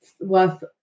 worth